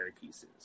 pieces